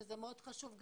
שזה מאוד חשוב,